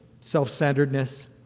self-centeredness